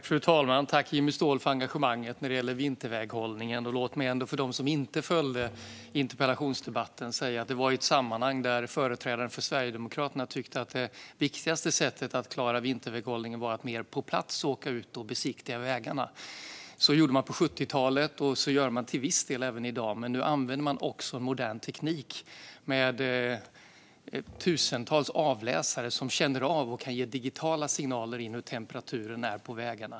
Fru talman! Tack, Jimmy Ståhl, för engagemanget när det gäller vinterväghållningen! Låt mig, för dem som inte följde interpellationsdebatten, säga att det var i ett sammanhang där företrädaren för Sverigedemokraterna tyckte att det viktigaste sättet att klara vinterväghållningen var att åka ut och besiktiga vägarna på plats i större utsträckning. Så gjorde man på 70-talet, och så gör man till viss del även i dag, men nu använder man också modern teknik med tusentals avläsare som känner av och kan ge digitala signaler om hur temperaturen är på vägarna.